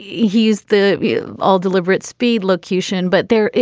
he is the all deliberate speed locution but there.